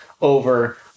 over